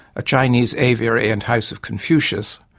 a chinese aviary and house of confucius,